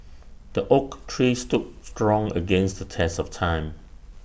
the oak tree stood strong against the test of time